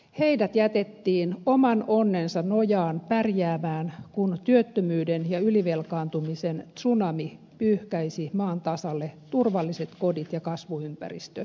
heidät jätettiin oman onnensa nojaan pärjäämään kun työttömyyden ja ylivelkaantumisen tsunami pyyhkäisi maan tasalle turvalliset kodit ja kasvuympäristöt